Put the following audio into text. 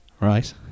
right